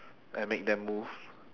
and make them move